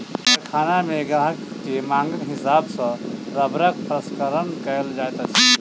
कारखाना मे ग्राहक के मांगक हिसाब सॅ रबड़क प्रसंस्करण कयल जाइत अछि